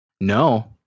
No